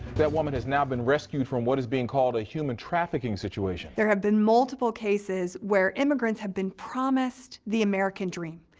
that woman has now been rescued from what is being called a human trafficking situation. there have been multiple cases where immigrants have been promised the american dream.